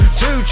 two